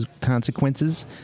consequences